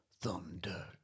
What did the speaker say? thunder